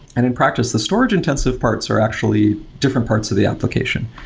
and in practice, the storage-intensive parts are actually different parts of the application.